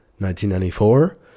1994